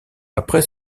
après